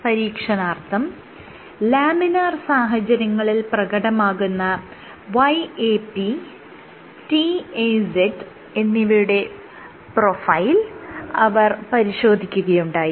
പരീക്ഷണാർത്ഥം laminar സാഹചര്യങ്ങളിൽ പ്രകടമാകുന്ന YAP TAZ എന്നിവയുടെ പ്രൊഫൈൽ അവർ പരിശോധിക്കുകയുണ്ടായി